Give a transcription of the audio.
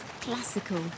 classical